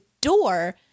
door